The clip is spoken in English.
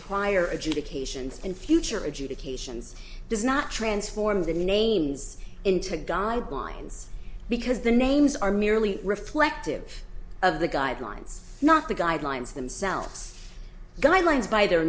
prior educations and future educations does not transform the names into guidelines because the names are merely reflective of the guidelines not the guidelines themselves guidelines by the